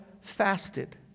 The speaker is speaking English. fasted